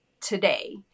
today